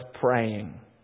praying